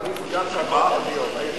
מה הוא